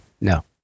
No